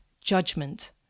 judgment